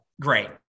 great